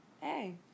Hey